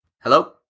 Hello